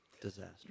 Disaster